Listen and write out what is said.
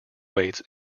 weights